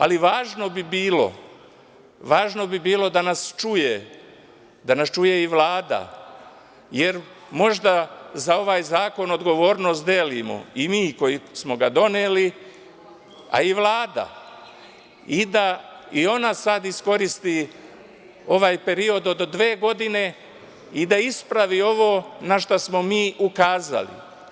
Ali važno bi bilo da nas čuje i Vlada, jer možda za ovaj zakon odgovornost delimo i mi koji smo ga doneli, a i Vlada, i da i ona sada iskoristi ovaj period od dve godine i da ispravi ovo na šta smo mi ukazali.